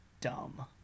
Dumb